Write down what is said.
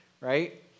right